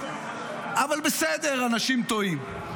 אבל בסדר, אנשים טועים.